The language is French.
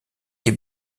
les